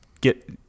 get